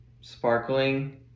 sparkling